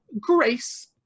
grace